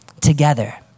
together